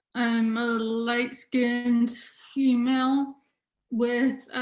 i'm a light-skinned female with